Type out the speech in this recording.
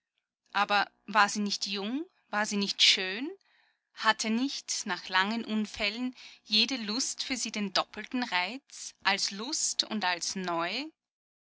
aber war sie nicht jung war sie nicht schön hatte nicht nach langen unfällen jede lust für sie den doppelten reiz als lust und als neu